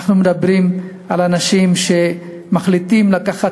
אנחנו מדברים על אנשים שמחליטים לקחת